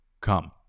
come